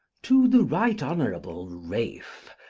to the right honourable ralph,